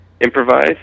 improvise